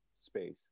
space